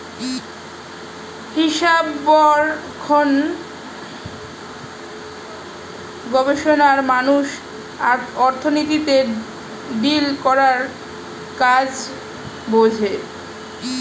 হিসাবরক্ষণ গবেষণায় মানুষ অর্থনীতিতে ডিল করা বা কাজ বোঝে